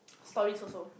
stories also